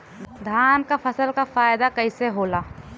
धान क फसल क फायदा कईसे होला?